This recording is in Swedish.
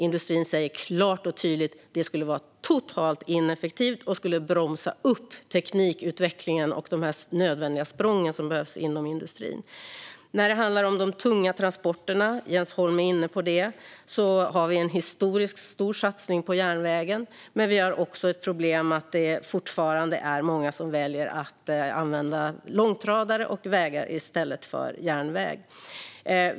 Industrin säger dock klart och tydligt att det skulle vara totalt ineffektivt och skulle bromsa upp teknikutvecklingen och de nödvändiga språng som behövs inom industrin. När det handlar om de tunga transporterna, som Jens Holm är inne på, har vi en historiskt stor satsning på järnvägen, men vi har också problemet att många fortfarande väljer att använda långtradare och vägtransporter i stället för järnväg.